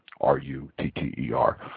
R-U-T-T-E-R